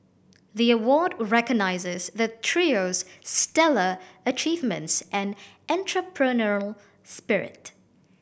the award recognises the trio's stellar achievements and entrepreneurial spirit